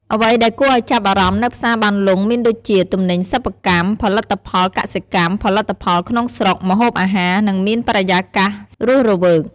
អ្វីដែលគួរឲ្យចាប់អារម្មណ៍នៅផ្សារបានលុងមានដូចជា ទំនិញសិប្បកម្ម ផលិតផលកសិកម្ម ផលិតផលក្នុងស្រុក ម្ហូបអាហារ និងមានបរិយាកាសរស់រវើក។